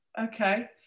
okay